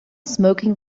smoking